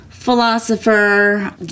philosopher